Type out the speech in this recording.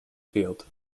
field